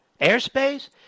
airspace